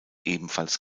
ebenfalls